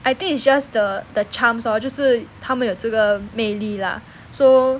I think it's just the the charms lor 就是他们有这个魅力 lah so